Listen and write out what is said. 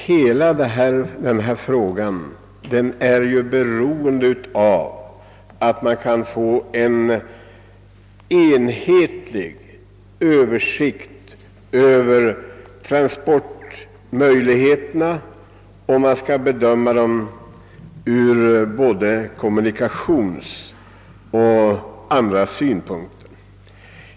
Hela denna fråga är beroende av att man kan få en enhetlig översikt över transportmöjligheterna. Eljest kan man inte bedöma dem ur både kommunikationssynpunkt och andra synpunkter.